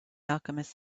alchemist